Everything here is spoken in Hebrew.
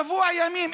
שבוע ימים.